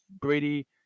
Brady